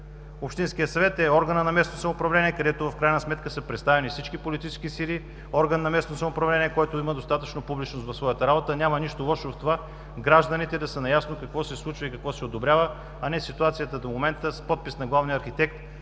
Общинският съвет е органът на местното самоуправление, където в крайна сметка са представени всички политически сили, орган на местното самоуправление, който има достатъчно публичност в своята работа. Няма нищо лошо в това гражданите да са наясно какво се случва и какво се одобрява, а не ситуацията до момента – с подпис на главния архитект